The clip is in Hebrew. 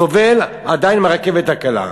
סובל עדיין מהרכבת הקלה.